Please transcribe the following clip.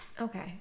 Okay